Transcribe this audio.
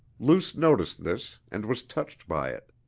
luce noticed this and was touched by it.